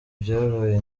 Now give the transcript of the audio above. byabaye